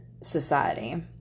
society